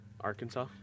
Arkansas